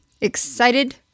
excited